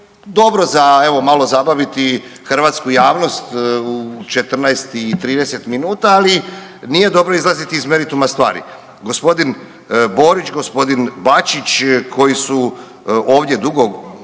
dobro za evo malo zabaviti hrvatsku javnost u 14,30, ali nije dobro izlaziti iz merituma stvari. Gospodin Borić, g. Bačić koji su ovdje dugo